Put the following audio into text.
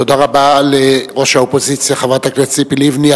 תודה רבה לראש האופוזיציה חברת הכנסת ציפי לבני.